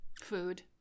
Food